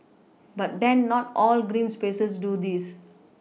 but then not all green spaces do this